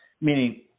meaning